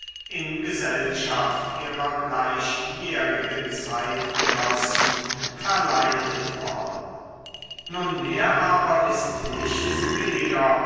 in gesellschaft ihrer gleichjährigen zeitgenossen verleitet worden nunmehr aber ist nichts billiger